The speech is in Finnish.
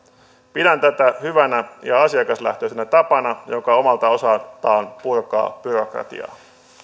pidän tätä hyvänä ja asiakaslähtöisenä tapana joka omalta osaltaan purkaa byrokratiaa